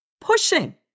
pushing